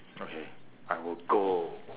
okay I will go